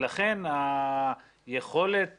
לכן היכולת